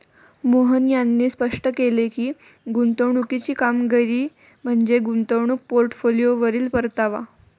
मोहन यांनी स्पष्ट केले की, गुंतवणुकीची कामगिरी म्हणजे गुंतवणूक पोर्टफोलिओवरील परतावा